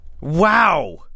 Wow